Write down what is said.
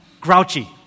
grouchy